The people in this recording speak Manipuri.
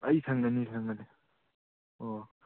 ꯑꯩ ꯁꯪꯒꯅꯤ ꯁꯪꯒꯅꯤ ꯑꯣ